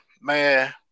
man